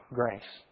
grace